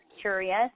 curious